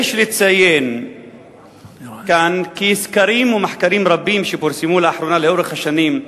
יש לציין כאן כי סקרים ומחקרים רבים שפורסמו לאחרונה ולאורך השנים,